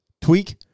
tweak